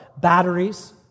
batteries